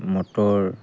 motor